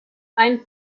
ein